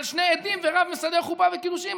על שני עדים ועל רב מסדר חופה וקידושין,